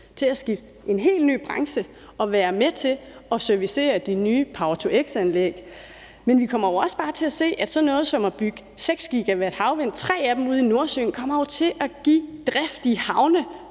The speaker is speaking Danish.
til at skifte til en helt ny branche og være med til at servicere nye power-to-x-anlæg. Men vi kommer jo også bare til at se, at sådan noget som at bygge parker 6 GW-havvind, heraf tre ude i Nordsøen, kommer til at give driftige havne